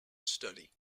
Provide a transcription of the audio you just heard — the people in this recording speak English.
study